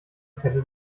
hätte